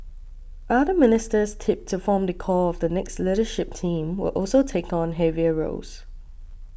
other ministers tipped to form the core of the next leadership team will also take on heavier roles